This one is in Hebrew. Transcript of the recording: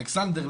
אלכסנדר,